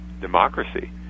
democracy